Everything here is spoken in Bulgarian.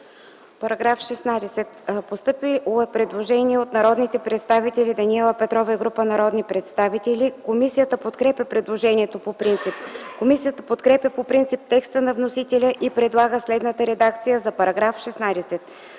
По § 2 е постъпило предложение от народния представител Даниела Петрова и група народни представители. Комисията подкрепя предложението. Комисията подкрепя по принцип текста на вносителя и предлага следната редакция на § 2: „§ 2.